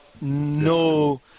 No